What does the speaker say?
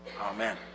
Amen